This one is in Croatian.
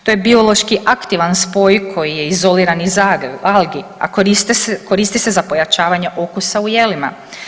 To je biološki aktivan spoj koji je izoliran iz algi, a koristi se za pojačavanje okusa u jelima.